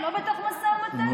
לא בתוך משא ומתן?